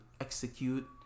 execute